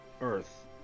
Earth